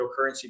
cryptocurrency